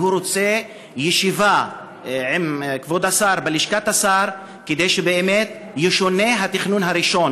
והוא רוצה ישיבה עם כבוד השר בלשכת השר כדי שבאמת ישונה התכנון הראשון,